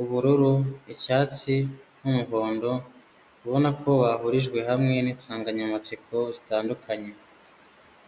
ubururu, icyatsi n'umuhondo ubona ko bahurijwe hamwe n'insanganyamatsiko zitandukanye.